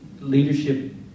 leadership